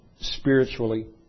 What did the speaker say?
spiritually